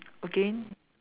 again